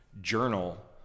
journal